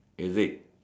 is it